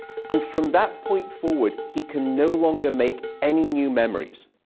and from that point forward, he can no longer make any new memories.